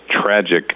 tragic